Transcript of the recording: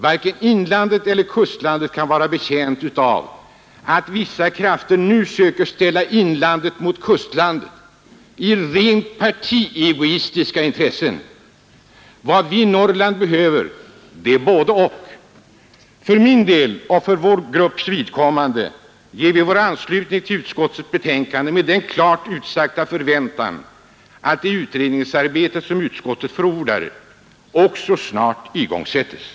Varken 27 oktober 1971 inlandet eller kustlandet kan vara betjänt av att vissa krafter nu söker